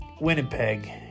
Winnipeg